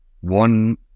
one